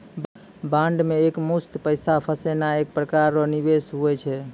bond मे एकमुस्त पैसा फसैनाइ एक प्रकार रो निवेश हुवै छै